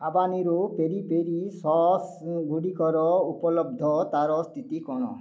habanero peri peri sauce ଗୁଡ଼ିକର ଉପଲବ୍ଧ ତାର ସ୍ଥିତି କ'ଣ